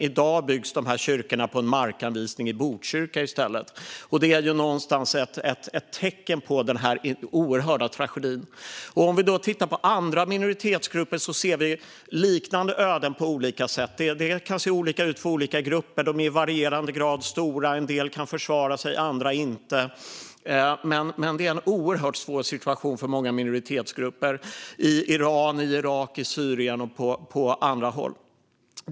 I dag byggs de här kyrkorna på markanvisningar i Botkyrka i stället. Det är ett tecken på den här oerhörda tragedin. Om vi tittar på andra minoritetsgrupper ser vi liknande öden på olika sätt. Det kan se olika ut för olika grupper. De är stora i varierande grad. En del kan försvara sig och andra inte, men det är en oerhört svår situation för många minoritetsgrupper i Iran, Irak, Syrien och på andra håll.